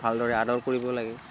ভালদৰে আদৰ কৰিব লাগে